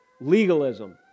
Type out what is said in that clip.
legalism